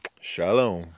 Shalom